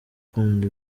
gukunda